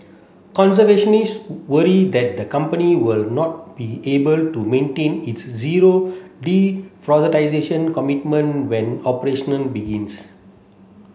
conservationist worry that the company will not be able to maintain its zero commitment when operation begins